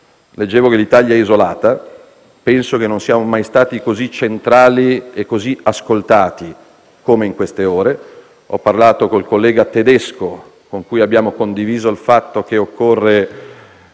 Leggevo che l'Italia è isolata. Penso che non siamo mai stati così centrali e così ascoltati come in queste ore. Ho parlato con il collega tedesco, con il quale abbiamo condiviso che occorre